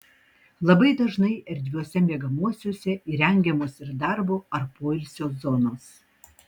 labai dažnai erdviuose miegamuosiuose įrengiamos ir darbo ar poilsio zonos